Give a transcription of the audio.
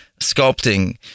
sculpting